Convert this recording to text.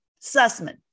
Sussman